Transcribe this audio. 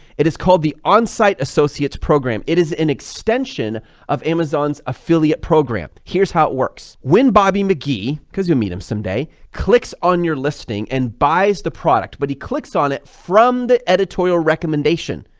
it is called the on-site associates program. it is an extension of amazon's affiliate program. here's how it works, win bobby mcgee because you'll meet him someday, clicks on your listing and buys the product, but he clicks on it from the editorial recommendation.